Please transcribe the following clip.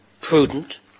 prudent